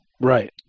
Right